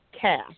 cash